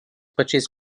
pačiais